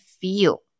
feel